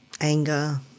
anger